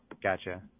Gotcha